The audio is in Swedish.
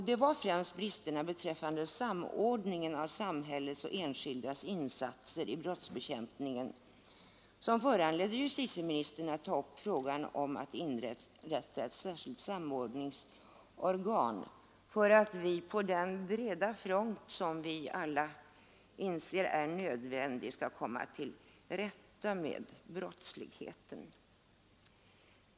Det var främst bristerna beträffande samordningen av samhällets och enskildas insatser i brottsbekämpningen som föranledde mig, säger justitieministern, att ta upp frågan om att inrätta ett särskilt samordningsorgan för att få den breda front som vi alla inser är nödvändig för att komma till rätta med brottsligheten.